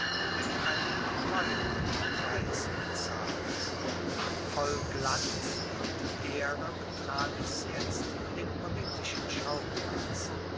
mit einem theuern preise bezahlen voll glanz und ehre betrat es jetzt den politischen schauplatz